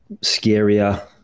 scarier